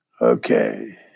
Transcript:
Okay